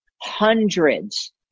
hundreds